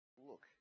Look